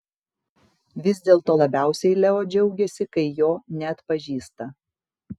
vis dėlto labiausiai leo džiaugiasi kai jo neatpažįsta